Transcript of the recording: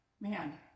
Man